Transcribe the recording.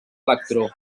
electró